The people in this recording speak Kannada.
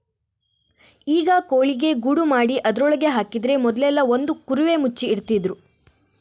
ಈಗ ಕೋಳಿಗೆ ಗೂಡು ಮಾಡಿ ಅದ್ರೊಳಗೆ ಹಾಕಿದ್ರೆ ಮೊದ್ಲೆಲ್ಲಾ ಒಂದು ಕುರುವೆ ಮುಚ್ಚಿ ಇಡ್ತಿದ್ರು